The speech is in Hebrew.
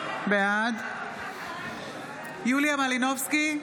בעד יוליה מלינובסקי,